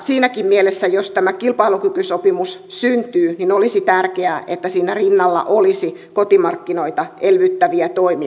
siinäkin mielessä jos tämä kilpailukykysopimus syntyy olisi tärkeää että siinä rinnalla olisi kotimarkkinoita elvyttäviä toimia